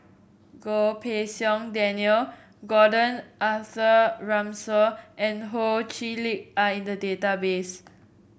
Goh Pei Siong Daniel Gordon Arthur Ransome and Ho Chee Lick are in the database